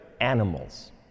animals